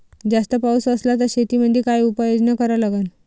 जास्त पाऊस असला त शेतीमंदी काय उपाययोजना करा लागन?